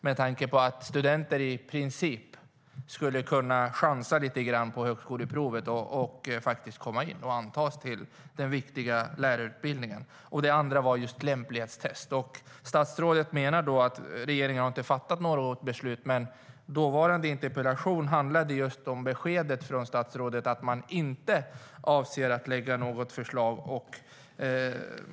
I princip skulle studenter kunna chansa lite grann på högskoleprovet och ändå antas till den viktiga lärarutbildningen. Den andra frågan handlade om lämplighetstest. Statsrådet säger att regeringen inte har fattat några beslut, men den förra interpellationen handlade om beskedet från statsrådet, att man inte avser att lägga fram något förslag.